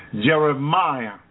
Jeremiah